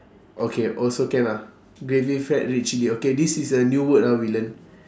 okay also can ah gravy fat red chilli okay this is a new word ah we learn